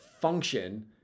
function